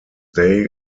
day